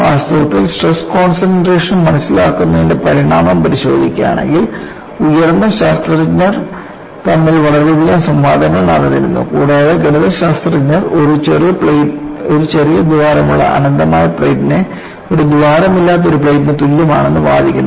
വാസ്തവത്തിൽ stress concentration മനസ്സിലാക്കുന്നതിന്റെ പരിണാമം പരിശോധിക്കുകയാണെങ്കിൽ ഉയർന്ന ശാസ്ത്രജ്ഞർ തമ്മിൽ വളരെയധികം സംവാദങ്ങൾ നടന്നിരുന്നു കൂടാതെ ഗണിതശാസ്ത്രജ്ഞർ ഒരു ചെറിയ ദ്വാരമുള്ള അനന്തമായ പ്ലേറ്റിനെ ഒരു ദ്വാരമില്ലാത്ത ഒരു പ്ലേറ്റിന് തുല്യമാണെന്ന് വാദിക്കുന്നു